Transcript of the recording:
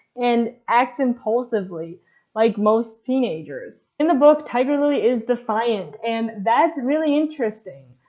and acts impulsively like most teenagers. in the book tiger lily is defiant and that's really interesting,